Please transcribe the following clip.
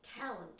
talent